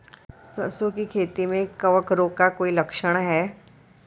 सरसों की खेती में कवक रोग का कोई लक्षण है?